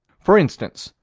for instance,